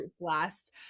blast